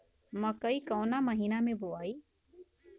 मकई कवना महीना मे बोआइ?